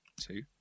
two